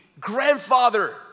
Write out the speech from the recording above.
grandfather